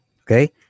okay